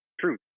truth